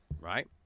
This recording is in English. right